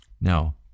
Now